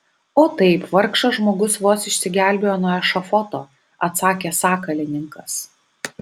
o taip vargšas žmogus vos išsigelbėjo nuo ešafoto atsakė sakalininkas